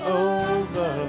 over